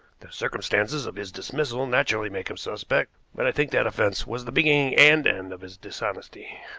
the circumstances of his dismissal naturally make him suspect, but i think that offense was the beginning and end of his dishonesty.